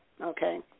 Okay